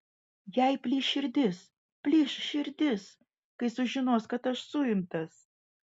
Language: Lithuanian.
jai plyš širdis plyš širdis kai sužinos kad aš suimtas